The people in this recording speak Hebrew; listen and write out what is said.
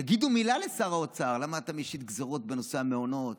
תגידו מילה לשר האוצר: למה אתה משית גזרות בנושא המעונות?